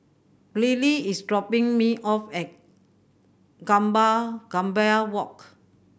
Briley is dropping me off at Gambir Walk